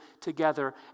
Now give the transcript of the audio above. together